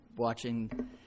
watching